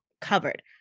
covered